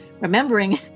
remembering